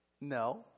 No